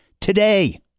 today